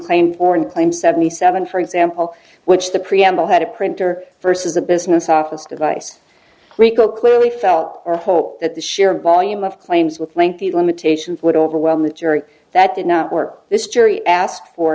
claim for and claim seventy seven for example which the preamble had a printer versus a business office device rico clearly felt or hoped that the sheer volume of claims with lengthy limitations would overwhelm the jury that did not work this jury asked for